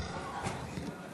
נתקבל.